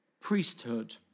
priesthood